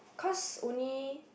cause only